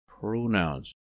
Pronouns